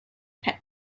pet